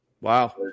Wow